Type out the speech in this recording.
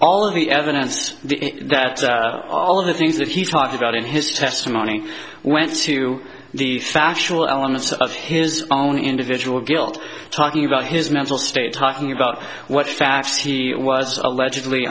of the evidence that all of the things that he's talked about in his testimony went to the factual elements of his own individual guilt talking about his mental state talking about what facts he was allegedly